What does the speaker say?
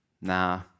nah